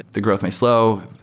the growth may slow.